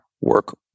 Work